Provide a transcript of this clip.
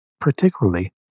particularly